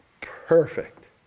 perfect